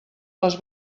les